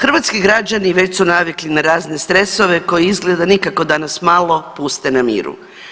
Hrvatski građani već su navikli na razne stresove koji izgleda da nikako da nas malo puste na miru.